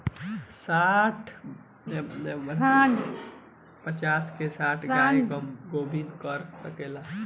सांड पचास से साठ गाय के गोभिना कर सके ला